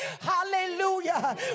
Hallelujah